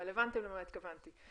אבל הבנתם למה התכוונתי.